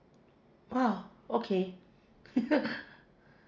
!wow! okay